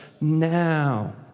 now